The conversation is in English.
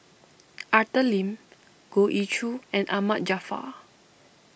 Arthur Lim Goh Ee Choo and Ahmad Jaafar